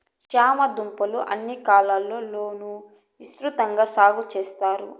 చామ దుంపలు అన్ని కాలాల లోనూ విసృతంగా సాగు చెత్తారు